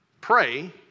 Pray